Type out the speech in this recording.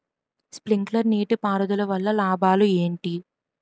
Sprinkler నీటిపారుదల వల్ల లాభాలు ఏంటి?